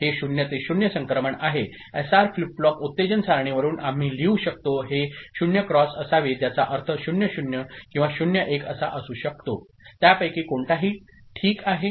हे 0 ते 0 संक्रमण आहे एसआर फ्लिप फ्लॉप उत्तेजन सारणीवरून आम्ही लिहू शकतो हे 0 क्रॉस असावे ज्याचा अर्थ 0 0 किंवा 0 1 असा असू शकतो त्यापैकी कोणत्याही ठीक आहे